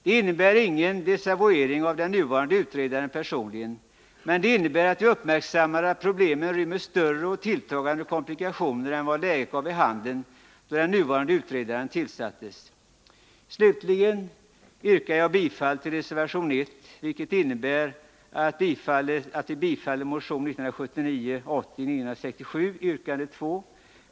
Det innebär ingen desavuering av den nuvarande utredaren personligen, men det innebär att vi uppmärksammar att problemen rymmer större och tilltagande komplikationer än vad läget gav vid handen då denne utredare tillsattes. Slutligen yrkar jag bifall till reservation 1, vilket innebär bifall till motion 1979/80:967, yrkande 2.